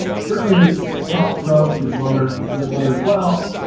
certainly charles koch, his brother, late brother as well.